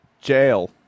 Jail